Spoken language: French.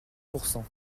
pourcent